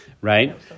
Right